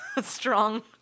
strong